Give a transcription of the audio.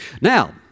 Now